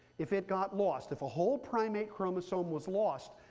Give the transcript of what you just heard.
if it got lost, if a whole primate chromosome was lost,